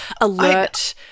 alert